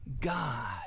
God